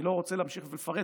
אני לא רוצה להמשיך לפרט,